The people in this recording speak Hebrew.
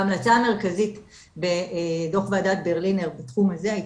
העמדה המרכזית בתוך ועדת ברלינר בתחום הזה התה